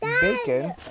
bacon